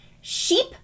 Sheep